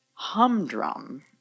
humdrum